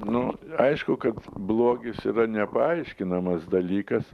nu aišku kad blogis yra nepaaiškinamas dalykas